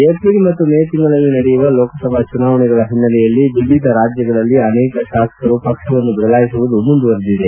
April ಮತ್ತು May ತಿಂಗಳಲ್ಲಿ ನಡೆಯುವ ಲೋಕಸಭಾ ಚುನಾವಣೆಗಳ ಹಿನ್ನೆಲೆಯಲ್ಲಿ ವಿವಿಧ ರಾಜ್ಯಗಳಲ್ಲಿ ಅನೇಕ ಶಾಸಕರು ಪಕ್ಷವನ್ನು ಬದಲಾಯಿಸುವುದು ಮುಂದುವರಿದಿದೆ